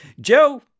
Joe